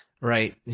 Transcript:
Right